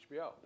HBO